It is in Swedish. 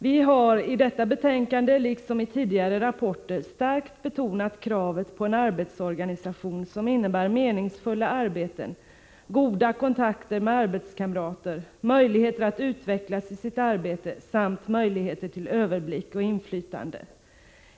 ”Vi har i detta betänkande, liksom i tidigare rapporter, starkt betonat kravet på en arbetsorganisation som innebär meningsfulla arbeten, goda kontakter med arbetskamrater, möjligheter att utvecklas i sitt arbete samt möjligheter till överblick och inflytande.